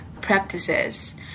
practices